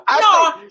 No